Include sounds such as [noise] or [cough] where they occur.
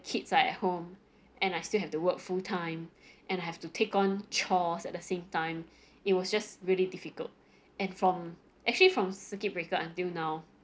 kids are at home and I still have to work full time and have to take on chores at the same time [breath] it was just really difficult and from actually from circuit breaker until now